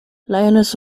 lioness